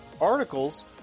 articles